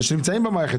הם נמצאים במערכת.